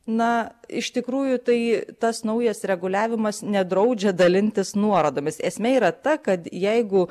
na iš tikrųjų tai tas naujas reguliavimas nedraudžia dalintis nuorodomis esmė yra ta kad jeigu